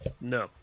No